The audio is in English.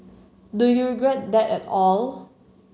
do you regret that at all